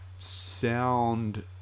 sound